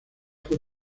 fue